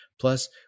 Plus